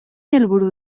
helburu